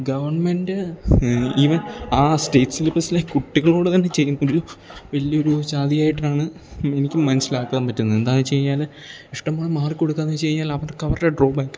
government even ആ state സിലബസ്സിലേ കുട്ടികളോടു തന്നെ ചെയ്യുന്നൊരു വലിയൊരു ചതിയായിട്ടാണ് എനിക്ക് മനസ്സിലാക്കാൻ പറ്റുന്നത് എന്താണെന്നു വെച്ചു കഴിഞ്ഞാൽ ഇഷ്ടം പോലെ മാർക്ക് കൊടുക്കുകയെന്നു വെച്ചു കഴിഞ്ഞാലവർക്ക് അവരുടെ ഡ്രോബാക്